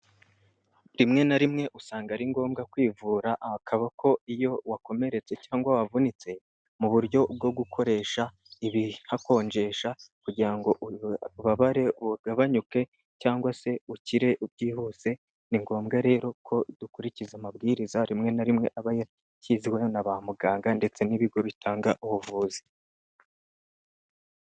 Rimwe na rimwe usanga ari ngombwa kwivura akaboko iyo wakomeretse cyangwa wavunitse, mu buryo bwo gukoresha ibihakonjesha kugira ngo ububare bugabanyuke, cyangwa se ukire byihuse, ni ngombwa rero ko dukurikiza amabwiriza rimwe na rimwe aba yashyizweho na bamuganga, ndetse n'ibigo bitanga ubuvuzi.